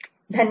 धन्यवाद